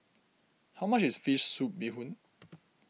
how much is Fish Soup Bee Hoon